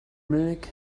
milk